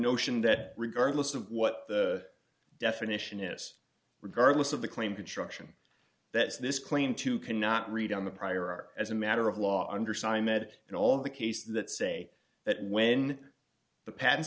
notion that regardless of what the definition is regardless of the claim construction that's this claim to cannot read on the prior art as a matter of law under sime edit and all of the case that say that when the patent